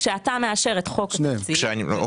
כשאתה מאשר את חוק התקציב, חוק